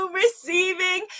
receiving